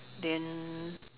then